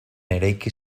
eraiki